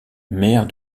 mère